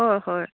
হয় হয়